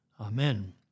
Amen